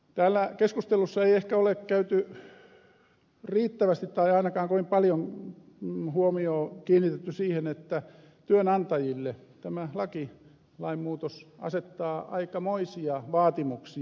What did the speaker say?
täällä keskustelua ei ehkä ole käyty riittävästi tai ainakaan ole kovin paljon huomiota kiinnitetty siihen että työnantajille tämä laki lainmuutos asettaa aikamoisia vaatimuksia